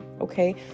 Okay